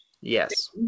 Yes